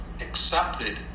accepted